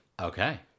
Okay